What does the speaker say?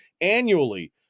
annually